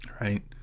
Right